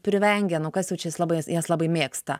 privengia nu kas jau čia labai jas labai mėgsta